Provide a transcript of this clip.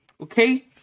okay